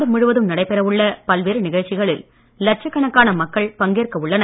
நாடு முழுவதும் நடைபெறவுள்ள பல்வேறு நிகழ்ச்சிகளில் லட்சக் கணக்கான மக்கள் பங்கேற்க உள்ளனர்